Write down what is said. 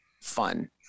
fun